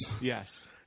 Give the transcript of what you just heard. Yes